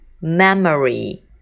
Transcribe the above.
memory